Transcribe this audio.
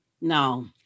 No